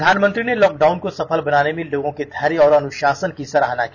प्रधानमंत्री ने लॉकडाउन को सफल बनाने में लोगों के धैर्य और अनुशासन की सराहना की